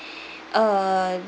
err